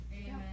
Amen